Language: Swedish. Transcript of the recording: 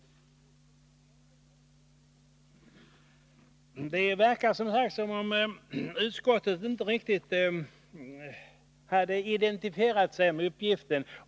Det verkar som om utskottet inte riktigt hade identifierat sig med uppgiften.